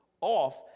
off